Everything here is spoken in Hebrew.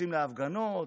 יוצאים להפגנות,